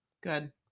Good